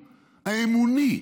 האמוני,